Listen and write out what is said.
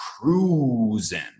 cruising